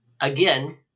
again